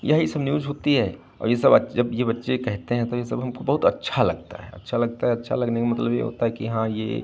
यही सब न्यूज़ होती है और ये जब ये बच्चे कहते हैं तो ये सब हमको बहुत अच्छा लगता है अच्छा लगता है अच्छा लगने का मतलब ये होता है कि हाँ ये